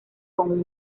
con